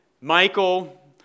Michael